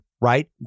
right